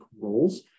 roles